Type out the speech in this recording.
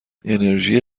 انرژی